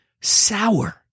Sour